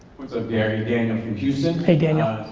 what's up gary? daniel from houston. hey, daniel.